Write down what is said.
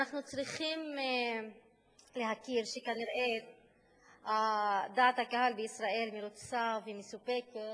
אנחנו צריכים להכיר בזה שכנראה דעת הקהל בישראל מרוצה ומסופקת